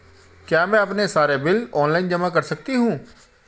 क्या मैं अपने सारे बिल ऑनलाइन जमा कर सकती हूँ?